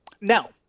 Now